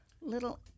little